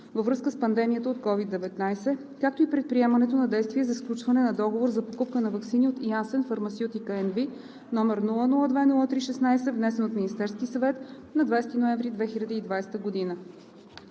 във връзка с пандемията от COVID-19, както и предприемането на действия за сключване на договор за покупка на ваксини от Janssen Pharmaceutica NV, № 002-03-16, внесен от Министерския съвет на 20 ноември 2020 г.